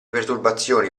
perturbazioni